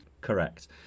Correct